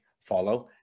follow